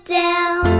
down